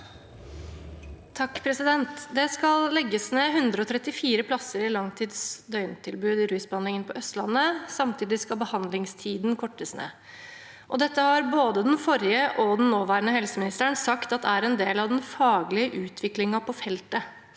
(H) Det skal legges ned 134 plasser i langtids døgntilbud i rusbehandlingen på Østlandet. Samtidig skal behandlingstiden kortes ned. Dette har både den forrige og den nåværende helseministeren sagt er en del av den faglige utviklingen på feltet.